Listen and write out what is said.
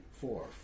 four